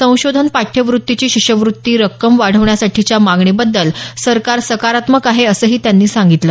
संशोधन पाठ्यवृत्तीची शिष्यवृत्ती रक्कम वाढवण्याच्या मागणीबद्दल सरकार सकारात्मक आहे असंही त्यांनी सांगितलं